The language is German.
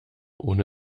ohne